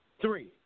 three